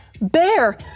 Bear